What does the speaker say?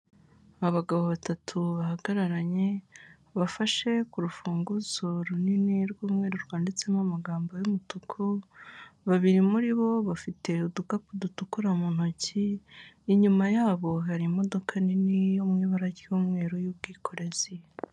Abagabo batatu bahagararanye, bafashe ku rufunguzo runini rw'umweru rwanditsemo amagambo y'umutuku, babiri muri bo bafite udukapu dutukura mu ntoki, inyuma yabo hari imodoka nini yo mu ibara ry'umweru y'ubwikorezi.